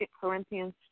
Corinthians